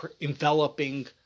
enveloping